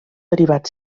derivat